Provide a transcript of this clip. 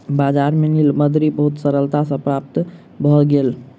बजार में नीलबदरी बहुत सरलता सॅ प्राप्त भ गेल